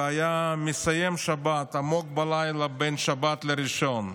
והיה מסיים שבת עמוק בלילה בין שבת לראשון.